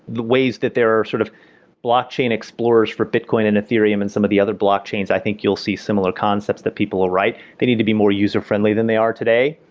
the ways that there are sort of blockchain explorers for bitcoin and ethereum and some of the other blockchains, i think you'll see similar concepts that people are right. they need to be more user-friendly than they are today,